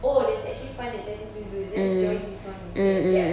oh there's actually point incentives to do let's join this [one] instead and get